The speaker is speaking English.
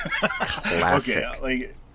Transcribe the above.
Classic